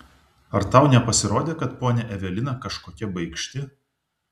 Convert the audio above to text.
ar tau nepasirodė kad ponia evelina kažkokia baikšti